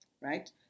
right